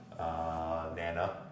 Nana